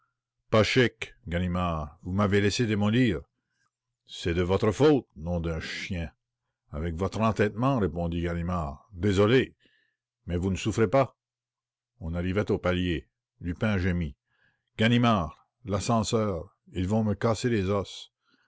pas chic ganimard vous m'avez laissé démolir c'est de votre faute nom d'un chien avec votre entêtement répondit ganimard désolé mais vous ne souffrez pas on arrivait au palier lupin gémit ganimard l'ascenseur l'escalier est si étroit ils vont me casser les os